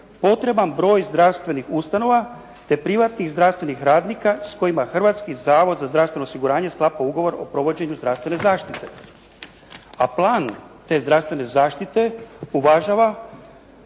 potreban broj zdravstvenih ustanova te privatnih zdravstvenih radnika s kojima Hrvatski zavod za zdravstveno osiguranje sklapa ugovor o provođenju zdravstvene zaštite, a plan te zdravstvene zaštite uvažava